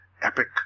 epic